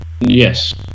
Yes